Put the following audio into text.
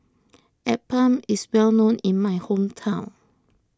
Appam is well known in my hometown